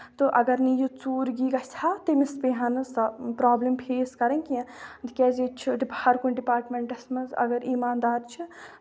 اَگر نہٕ یہِ ژوٗرگی گژھِ ہا تٔمِس پیٚیہِ ہا نہٕ سۄ پرابلِم فیس کرٕنۍ کیٚنٛہہ تِکیازِ ییٚتہِ چھُ ڈپا ہر کُنہِ ڈِپارٹمینٹس منٛز اَگر ایٖمان دار